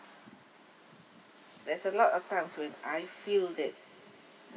there's a lot of times when I feel that